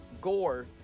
Gore